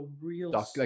real